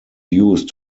used